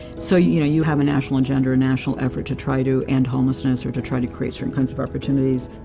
so you know you have a national agenda a national effort to try to end and homelessness or to try to create certain kinds of opportunities,